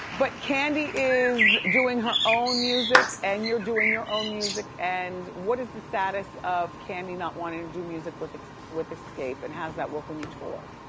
kandi is doing her own music, and you're doing your own music, and what is the status of kandi not wanting to do music with with xscape, and how does that work when you tour?